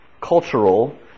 cultural